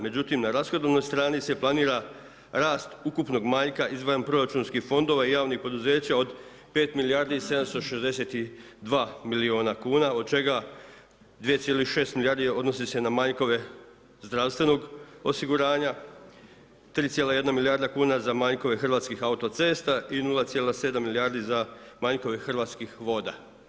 Međutim, na rashodovnoj strani se planira rast ukupnog manjka izvan proračunskih fondova i javnih poduzeća od 5 milijardi i 762 milijuna kuna, od čega 2,6 milijardi odnosi se na manjkove zdravstvenog osiguranja, 3,1 milijarda kuna za manjkove Hrvatskih autocesta i 0,7 milijardi za manjkove Hrvatskih voda.